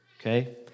okay